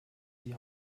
die